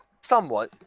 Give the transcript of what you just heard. Somewhat